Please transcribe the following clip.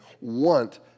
want